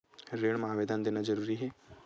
ऋण मा आवेदन देना जरूरी हे?